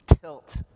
tilt